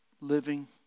living